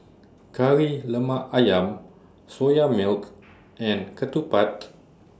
Kari Lemak Ayam Soya Milk and Ketupat